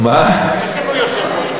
אבל יש לנו יושב-ראש.